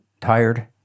tired